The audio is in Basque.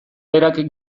berak